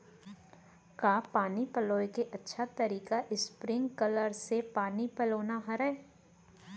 का पानी पलोय के अच्छा तरीका स्प्रिंगकलर से पानी पलोना हरय?